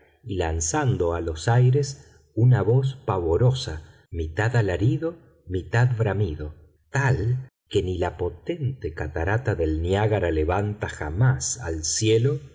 y lanzando a los aires una voz pavorosa mitad alarido mitad bramido tal que ni la potente catarata del niágara levanta jamás al cielo